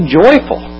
joyful